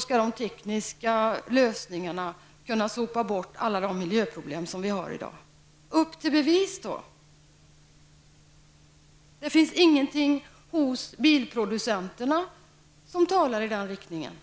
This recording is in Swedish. skall de tekniska lösningarna kunna sopa bort alla de miljöproblem som de har i dag. Upp till bevis, då! Det finns inget hos bilproducenterna som pekar i den här riktningen.